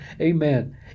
Amen